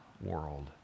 world